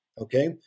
Okay